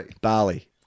Bali